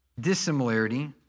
dissimilarity